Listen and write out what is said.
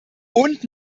und